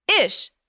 Ish